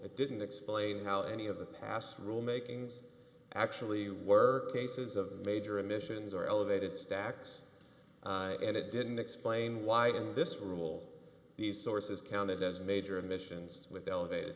it didn't explain how any of the past rule makings actually were cases of major emissions or elevated stacks and it didn't explain why in this rule these sources counted as major emissions with elevat